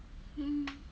mm